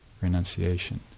renunciation